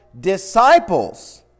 disciples